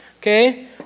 Okay